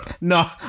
No